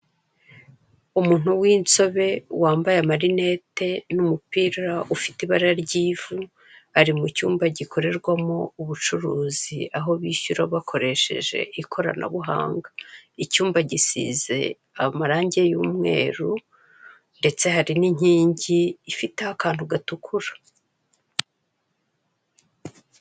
Umuntu w'inzobe wambaye amarinete n'umupira ufite ibara ry'ivu, ari mu cyumba gikorerwamo ubucuruzi aho bishyura bakoresheje ikoranabuhanga, icyumba gisize amarange y'umweru ndetse hari n'inkingi ifiteho akantu gatukura.